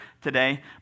today